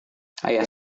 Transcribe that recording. ayah